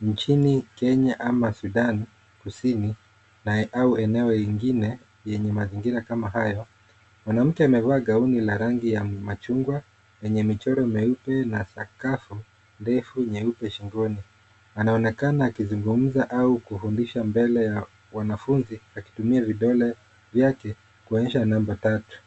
nchini Kenya ama Sudan kusini na au eneo lingine yenye mazingira kama hayo. Mwanamke amevaa gauni la rangi ya machungwa yenye michoro meupe na sakafu ndefu nyeupe shingoni. Anaonekana akizungumza au kufundisha mbele ya wanafunzi akitumia vidole vyake kuonyesha namba tatu.